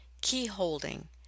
key-holding